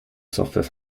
software